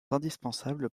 indispensables